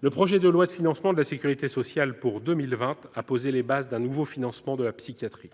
Le projet de loi de financement de la sécurité sociale pour 2020 a posé les bases d'un nouveau financement de la psychiatrie.